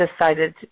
decided